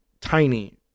tiny